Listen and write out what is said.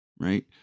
right